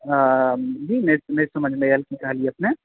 आ जी नहि समझ मे आयल की कहलियै अपने